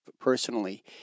personally